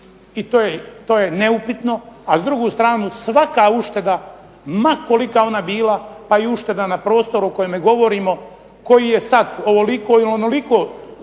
i to je neupitno. A s druge strane svaka ušteda ma kolika ona bila pa i ušteda na prostoru o kojemu govorimo koji je sad ovoliko ili onoliko